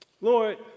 Lord